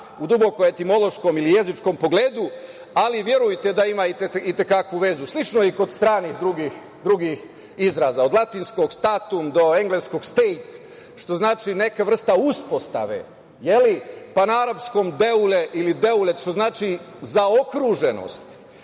u duboko etimološkom ili jezičkom pogledu, ali verujte da ima itekako vezu. Slično je i kod drugih stranih izraza, od latinskog statum do engleskog state, što znači neka vrsta uspostave, pa na arapskom deule ili deulet, što znači zaokruženost.